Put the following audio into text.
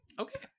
Okay